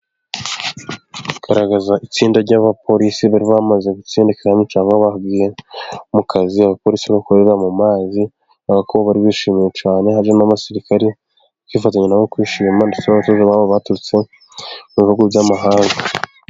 Bagaragaza itsinda ry'abapolisi bari bamaze gutsinda ikizamini cyangwa bahugiye mu kazi. Abapolisi bakorera mu mazi, urabona ko bari bishimiye cyane. Hari hajemo n' abasirikare kwifatanya nabo kwishima, ndetse n'abatoza babo baturutse mu bihugu by'amahanga.